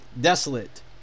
desolate